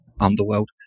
Underworld